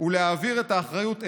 ולהעביר את האחריות אלינו,